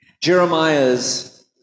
Jeremiah's